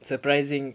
surprising